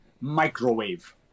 microwave